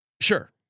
Sure